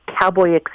cowboy